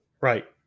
right